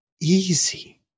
Easy